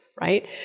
right